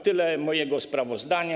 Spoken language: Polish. Tyle mojego sprawozdania.